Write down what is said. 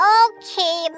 okay